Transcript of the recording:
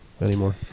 anymore